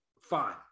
fine